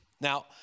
Now